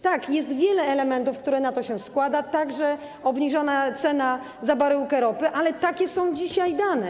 Tak, jest wiele elementów, które się na to składają, także obniżona cena za baryłkę ropy, ale takie są dzisiaj dane.